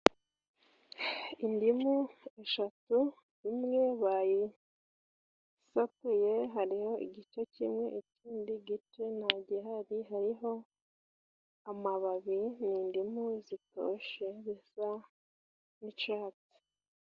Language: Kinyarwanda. Indimu eshatu imwe bayisatuye hariho igice kimwe, ikindi gice nta gihari hariho amababi, ni indimu zitoshe zisa n'icyatsi.